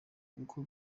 kuko